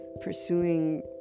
pursuing